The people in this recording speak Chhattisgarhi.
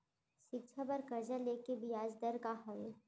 शिक्षा बर कर्जा ले के बियाज दर का हवे?